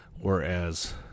Whereas